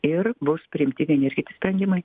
ir bus priimti vieni ar kiti sprendimai